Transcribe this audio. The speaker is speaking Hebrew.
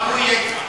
גם הוא יהיה אתך.